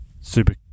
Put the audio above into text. super